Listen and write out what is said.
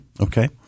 Okay